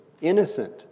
innocent